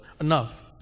enough